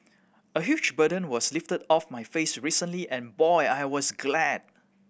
a huge burden was lifted off my face recently and boy was I glad